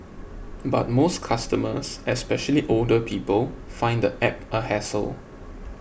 but most customers especially older people find the app a hassle